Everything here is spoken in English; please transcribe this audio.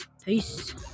Peace